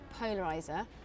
Polarizer